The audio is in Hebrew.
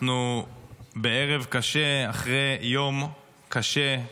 אנחנו בערב קשה אחרי יום קשה.